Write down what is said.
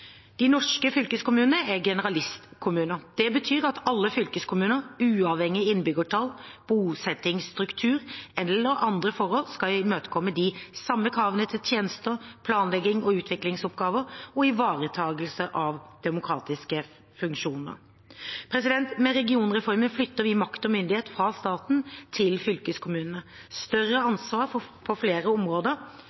De norske fylkeskommunene er generalistkommuner. Det betyr at alle fylkeskommuner, uavhengig av innbyggertall, bosettingsstruktur eller andre forhold, skal imøtekomme de samme kravene til tjenester, planleggings- og utviklingsoppgaver og ivaretakelse av demokratiske funksjoner. Med regionreformen flytter vi makt og myndighet fra staten til fylkeskommunene. Større